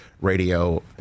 Radio